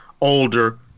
older